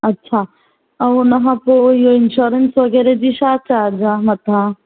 अच्छा ऐं उन खां पोइ इहो इन्शोरेंस वगैरह जी छा चार्ज आहे मथां